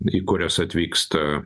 į kurias atvyksta